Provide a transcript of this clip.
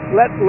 let